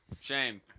Shame